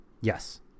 Yes